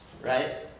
right